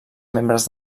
membres